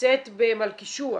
שנמצאת במלכישוע,